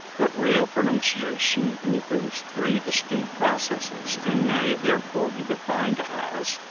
but real pronunciation includes three distinct processes, and may therefore be defined as,